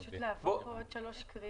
זה פשוט להעביר פה עוד שלוש קריאות.